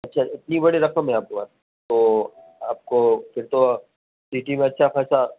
اچھا اتنی بڑی رقم ہے آپ کے پاس تو آپ کو پھر تو سٹی میں اچھا خاصہ